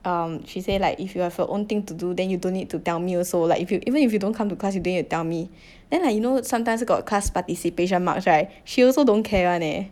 um she say like if you have your own thing to do then you don't need to tell me also like if you even if you don't come to class you don't need to tell me then like you know sometimes got class participation marks right she also don't care [one] leh